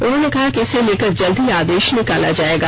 उन्होंने कहा कि इसे लेकर जल्द ही आदेश निकाला जाएगा